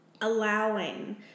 allowing